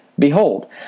Behold